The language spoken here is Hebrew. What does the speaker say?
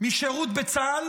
משירות בצה"ל,